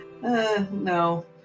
no